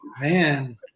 man